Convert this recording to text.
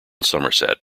somerset